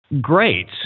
great